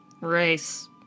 race